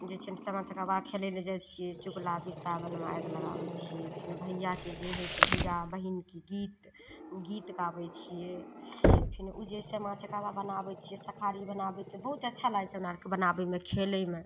जे छै ने सामा चकेबा खेलै ले जाइ छिए चुगला वृन्दावनमे आगि लगाबै छिए फेर भइआके जे होइ छै भइआ बहिनके गीत गीत गाबै छिए फेर ओ जे सामा चकेबा बनाबै छिए सखारी बनाबै छिए बहुत अच्छा लागै हमरा आओरके बनाबैमे खेलैमे